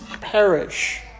perish